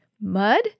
Mud